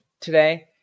today